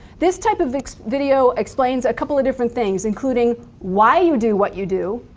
this type of video explains a couple of different things including why you do what you do,